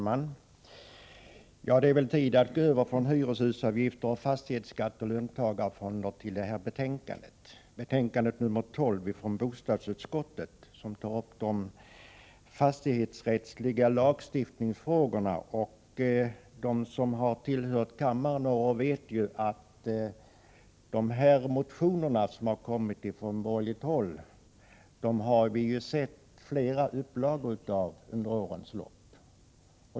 Fru talman! Det är tid att gå över från hyreshusavgifter, fastighetsskatter och löntagarfonder till detta betänkande nr 12 från bostadsutskottet, där vissa fastighetsrättsliga lagstiftningsfrågor tas upp. De som har tillhört denna kammare en tid vet ju att de motioner som nu kommit från borgerligt håll har vi sett flera upplagor av under årens lopp.